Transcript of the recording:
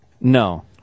No